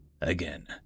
again